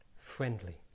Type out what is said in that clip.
friendly